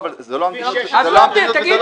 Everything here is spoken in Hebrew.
אבל זו לא המדיניות וזה לא